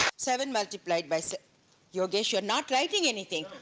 seven multiplied by so yogesh you're not writing anything!